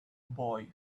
boy